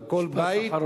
על כל בית,